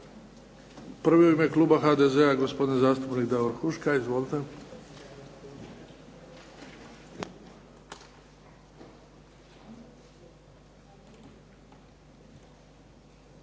Prvi je u ime kluba HDZ-a, gospodin zastupnik Davor Huška. Izvolite.